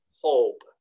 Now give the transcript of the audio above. hope